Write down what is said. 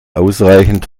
ausreichend